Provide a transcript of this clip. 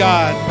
God